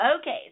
Okay